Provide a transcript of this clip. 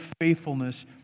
faithfulness